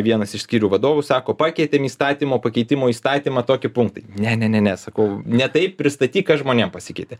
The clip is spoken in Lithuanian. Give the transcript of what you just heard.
vienas iš skyrių vadovų sako pakeitėm įstatymo pakeitimo įstatymą tokie punktą ne ne ne ne sakau ne taip pristatyk kas žmonėm pasikeitė